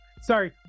Sorry